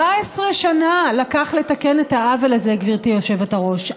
14 שנה לקח לתקן את העוול הזה, גברתי היושבת-ראש.